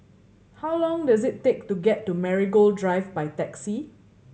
how long does it take to get to Marigold Drive by taxi